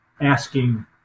asking